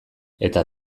eta